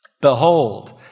behold